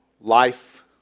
life